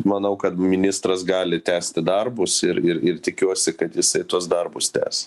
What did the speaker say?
manau kad ministras gali tęsti darbus ir ir ir tikiuosi kad jisai tuos darbus tęs